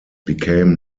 became